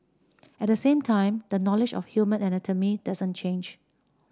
at the same time the knowledge of human anatomy doesn't change